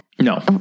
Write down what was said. No